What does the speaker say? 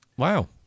wow